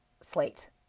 slate